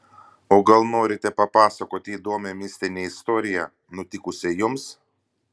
o gal norite papasakoti įdomią mistinę istoriją nutikusią jums